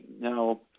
Now